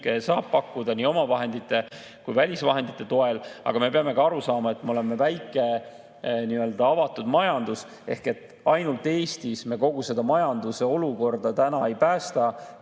saab pakkuda nii omavahendite kui välisvahendite toel. Me peame ka aru saama, et me oleme väike nii-öelda avatud majandus ja ainult Eestis me täna kogu majanduse olukorda ei päästa,